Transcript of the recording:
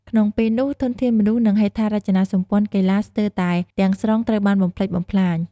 ក្នុងពេលនោះ ធនធានមនុស្ស និងហេដ្ឋារចនាសម្ព័ន្ធកីឡាស្ទើរតែទាំងស្រុងត្រូវបានបំផ្លិចបំផ្លាញ ។